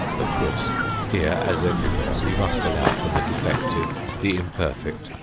of course here as everywhere we must allow for the defective, the imperfect,